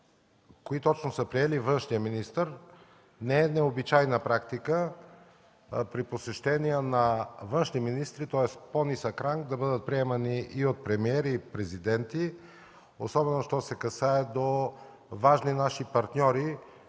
кои точно са приели външния министър, не е необичайна практика при посещения на външни министри, тоест с по-нисък ранг, да бъдат приемани и от премиери, и от президенти, особено що се отнася до важни наши партньори,